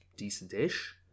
decent-ish